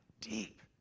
deep